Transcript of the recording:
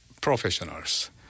professionals